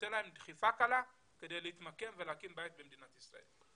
שנותנת להם דחיפה קלה כדי להתמקם ולהקים בית במדינת ישראל.